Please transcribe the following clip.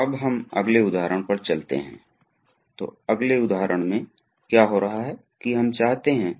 keywords दबाव द्रव valve pilot दबाव भार चेक वाल्व प्रवाह नियंत्रण वाल्व नियंत्रण